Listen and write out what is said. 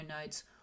notes